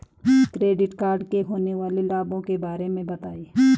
Credit card से होने वाले लाभों के बारे में बताएं?